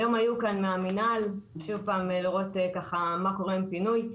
היום היו כאן מהמנהל לראות מה קורה עם פינוי.